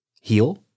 heal